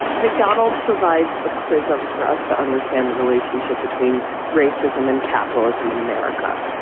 mcdonald's provides a prism for us to understand the relationship between racism and capitalism in america.